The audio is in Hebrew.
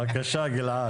בבקשה גלעד.